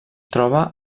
troba